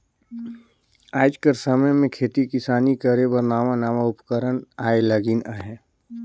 आएज कर समे में खेती किसानी करे बर नावा नावा उपकरन आए लगिन अहें